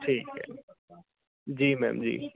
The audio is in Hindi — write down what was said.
ठीक है जी मैम जी